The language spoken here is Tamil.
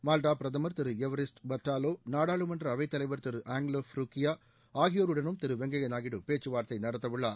மால்டா பிரதமர் திரு எவரிஸ்ட் பர்ட்டாலோ நாடாளுமன்ற அவைத் தலைவர் திரு ஆய்லோ ஃபருகியா ஆகியோருடனும் திரு வெங்கைய நாயுடு பேச்சுவார்த்தை நடத்தவுள்ளார்